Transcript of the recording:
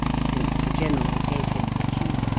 since the general gave him the cue.